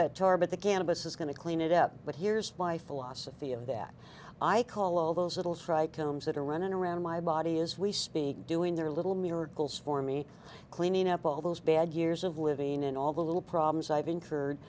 cannabis is going to clean it up but here's my philosophy of that i call all those little strike comes that are running around my body as we speak doing their little miracles for me cleaning up all those bad years of living in all the little problems i've incurred